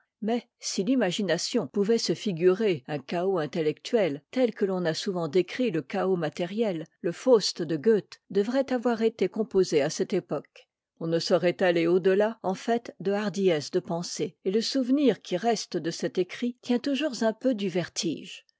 mais si l'imagination pouvait se ngurër un chaos intel lectuel tel que l'on a souvent décrit le chaos ma tériel le faust de goethe devrait avoir été composé à cette époque on ne saurait aller au deià en fait de hardiesse de pensée et le souvenir qui reste de cet écrit tient toujours un peu du vertige